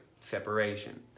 separation